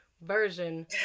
version